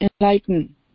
enlighten